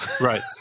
Right